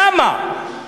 למה?